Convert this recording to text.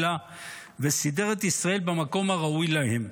לה וסידר את ישראל במקום הראוי להם,